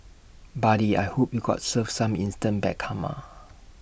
buddy I hope you got served some instant bad karma